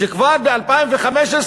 שכבר ב-2015,